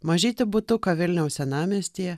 mažytį butuką vilniaus senamiestyje